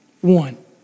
one